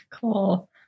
Cool